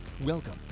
Welcome